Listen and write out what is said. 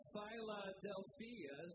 Philadelphia